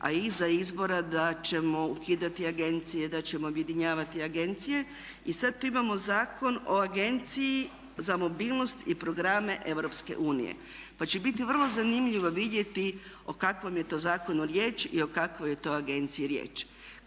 a i iza izbora da ćemo ukidati agencije, da ćemo objedinjavati agencije i sada tu imamo Zakon o Agenciji za mobilnost i programe Europske unije. Pa će biti vrlo zanimljivo vidjeti o kakvom je to zakonu riječ i o kakvoj je to agenciji riječ.